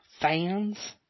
fans